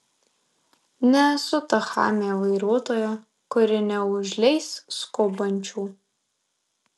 nesu ta chamė vairuotoja kuri neužleis skubančių